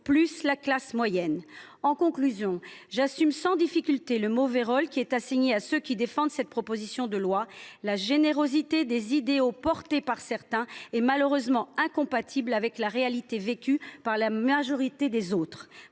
plus sa classe moyenne. En conclusion, j’assume sans difficulté le mauvais rôle qui est assigné à ceux qui défendent cette proposition de loi. La générosité des idéaux promus par certains est malheureusement incompatible avec la réalité vécue par la majorité des autres.